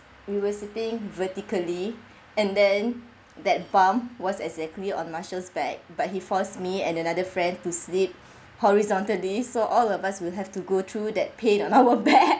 we were sleeping vertically and then that bump was exactly on marshal's back but he forced me and another friend to sleep horizontally so all of us will have to go through that pain on our back